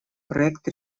проект